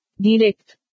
Direct